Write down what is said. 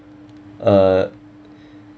uh